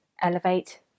Elevate